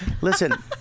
Listen